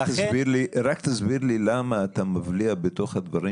רק תסביר לי למה אתה מבליע בתוך הדברים